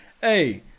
Hey